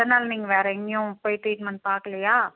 இத்தனை நாள் நீங்கள் வேறு எங்கேயும் போய் டிரீட்மன்ட் பார்க்கலையா